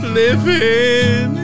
living